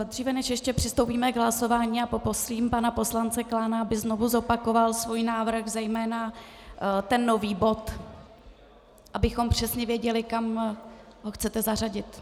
Dříve než přistoupíme k hlasování, poprosím pana poslance Klána, aby znovu zopakoval svůj návrh, zejména ten nový bod, abychom přesně věděli, kam ho chcete zařadit.